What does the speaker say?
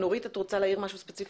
נורית, את רוצה להעיר משהו ספציפי?